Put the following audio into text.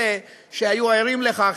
אלה שהיו ערים לכך,